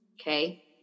Okay